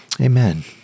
Amen